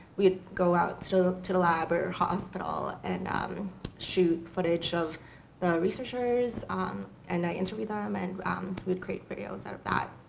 we would go out so to the lab or hospital and um shoot footage of the researchers um and i interviewed them and we'd create videos out of that.